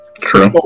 True